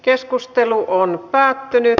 keskustelu päättyi